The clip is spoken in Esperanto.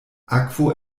akvo